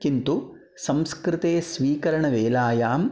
किन्तु संस्कृते स्वीकरणवेलायां